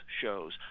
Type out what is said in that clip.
shows